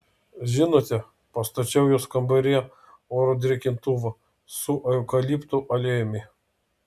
žinote pastačiau jos kambaryje oro drėkintuvą su eukaliptų aliejumi